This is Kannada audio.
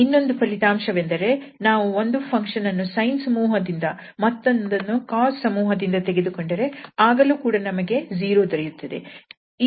ಇನ್ನೊಂದು ಫಲಿತಾಂಶವೆಂದರೆ ನಾವು ಒಂದು ಫಂಕ್ಷನ್ ಅನ್ನು sine ಸಮೂಹದಿಂದ ಮತ್ತೊಂದನ್ನು cosine ಸಮೂಹದಿಂದ ತೆಗೆದುಕೊಂಡರೆ ಆಗಲೂ ಕೂಡ ನಮಗೆ 0 ದೊರೆಯುತ್ತದೆ